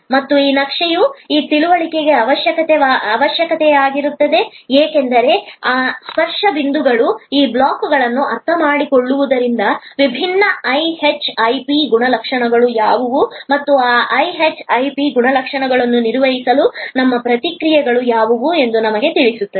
ಮತ್ತು ಈ ನಕ್ಷೆಯ ಈ ತಿಳುವಳಿಕೆ ಅವಶ್ಯಕವಾಗಿದೆ ಏಕೆಂದರೆ ಈ ಸ್ಪರ್ಶ ಬಿಂದುಗಳು ಈ ಬ್ಲಾಕ್ಗಳನ್ನು ಅರ್ಥಮಾಡಿಕೊಳ್ಳುವುದರಿಂದ ವಿಭಿನ್ನ ಐಹೆಚ್ಐಪಿ ಗುಣಲಕ್ಷಣಗಳು ಯಾವುವು ಮತ್ತು ಆ ಐಹೆಚ್ಐಪಿ ಗುಣಲಕ್ಷಣಗಳನ್ನು ನಿರ್ವಹಿಸಲು ನಮ್ಮ ಪ್ರತಿಕ್ರಿಯೆಗಳು ಯಾವುವು ಎಂದು ನಮಗೆ ತಿಳಿಸುತ್ತದೆ